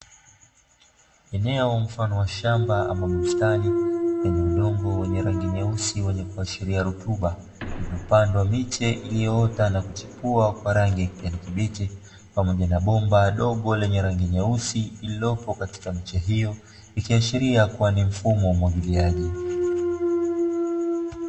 Eneo mfano wa shamba ama bustani lenye udongo wenye rangi nyeusi wenye kuashiria rutuba, iliyopandwa miche iliyoota na kuchipua kwa rangi ya kijani kibichi. Pamoja na bomba dogo lenye rangi nyeusi lililopo katika miche hiyo, ikiashiria kuwa ni mfumo wa umwagiliaji.